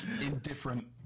indifferent